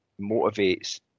motivates